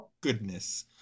goodness